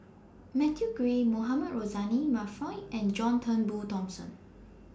Matthew Ngui Mohamed Rozani Maarof and John Turnbull Thomson